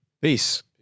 Peace